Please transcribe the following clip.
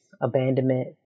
abandonment